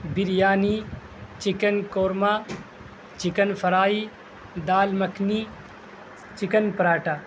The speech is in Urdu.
biryani chicken korma chicken fry dal makhani chicken paratha